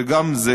וגם זה,